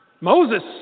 Moses